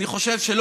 אני חושב,